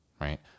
right